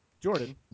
Jordan